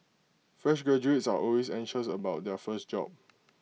fresh graduates are always anxious about their first job